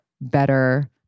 better